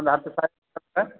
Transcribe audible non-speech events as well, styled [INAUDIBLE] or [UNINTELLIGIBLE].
ಒಂದು ಹತ್ತು [UNINTELLIGIBLE]